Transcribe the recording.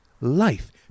life